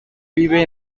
vive